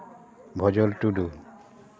ᱜᱚᱡᱚᱞ ᱴᱩᱰᱩ